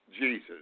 Jesus